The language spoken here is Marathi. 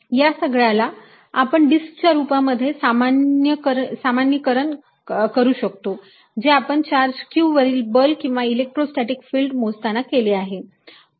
या सगळ्याला आपण डिस्क चार्ज च्या रूपामध्ये सामान्य करण करू शकतो जे आपण चार्ज q वरील बल किंवा इलेक्ट्रोस्टॅटीक फिल्ड मोजताना केले होते